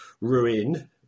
Ruin –